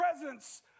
presence